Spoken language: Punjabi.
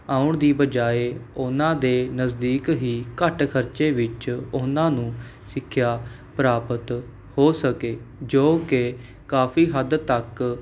ਆਉਣ ਦੀ ਬਜਾਏ ਉਹਨਾਂ ਦੇ ਨਜ਼ਦੀਕ ਹੀ ਘੱਟ ਖਰਚੇ ਵਿੱਚ ਉਹਨਾਂ ਨੂੰ ਸਿੱਖਿਆ ਪ੍ਰਾਪਤ ਹੋ ਸਕੇ ਜੋ ਕਿ ਕਾਫੀ ਹੱਦ ਤੱਕ